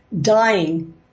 dying